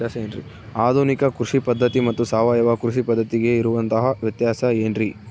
ಆಧುನಿಕ ಕೃಷಿ ಪದ್ಧತಿ ಮತ್ತು ಸಾವಯವ ಕೃಷಿ ಪದ್ಧತಿಗೆ ಇರುವಂತಂಹ ವ್ಯತ್ಯಾಸ ಏನ್ರಿ?